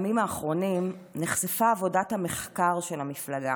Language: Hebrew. בימים האחרונים נחשפה עבודת המחקר של המפלגה.